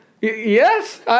Yes